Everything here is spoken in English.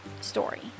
story